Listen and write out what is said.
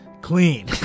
clean